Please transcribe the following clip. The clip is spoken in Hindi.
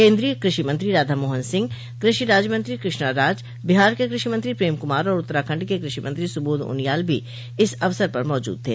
केन्द्रीय कृषि मंत्री राधा मोहन सिंह कृषि राज्यमंत्री कृष्णा राज बिहार के कृषि मंत्री प्रेम कुमार और उत्तराखंड के कृषि मंत्री सुबोध उनियाल भी इस अवसर पर मौजूद थे